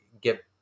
get